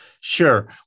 Sure